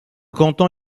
canton